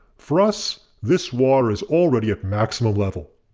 for us, this water is already at maximum level.